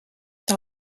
this